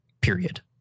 Period